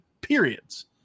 periods